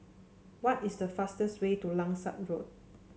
what is the fastest way to Langsat Road